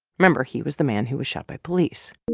remember, he was the man who was shot by police